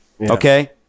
Okay